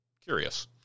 Curious